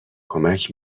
کمک